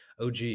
OG